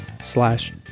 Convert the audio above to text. slash